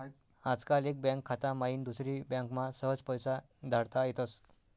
आजकाल एक बँक खाता माईन दुसरी बँकमा सहज पैसा धाडता येतस